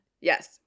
Yes